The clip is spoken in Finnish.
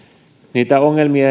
niitä